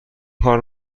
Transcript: کار